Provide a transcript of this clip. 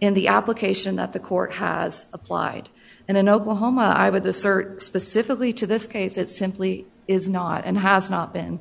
in the application that the court has applied and in oklahoma i would assert specifically to this case it simply is not and has not been